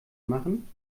machen